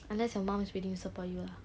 unless your mom is willing to support you lah